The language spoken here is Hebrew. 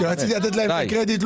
כשרציתי לתת להם את הקרדיט,